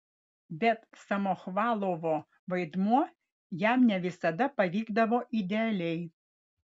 bet samochvalovo vaidmuo jam ne visada pavykdavo idealiai